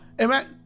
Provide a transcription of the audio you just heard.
amen